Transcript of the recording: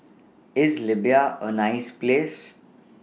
IS Libya A nice Place